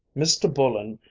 mr. bullen.